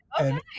Okay